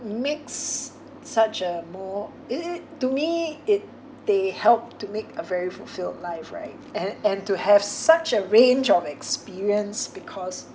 makes such a more it it to me it they help to make a very fulfilled life right and and to have such a range of experience because